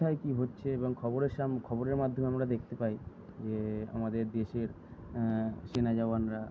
কোথায় কি হচ্ছে এবং খবরের খবরের মাধ্যমে আমরা দেখতে পাই যে আমাদের দেশের সেনা জওয়ানরা